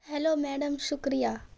hello madam شکریہ